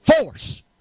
Force